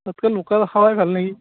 তাতকৈ লোকেল খোৱাই ভাল নেকি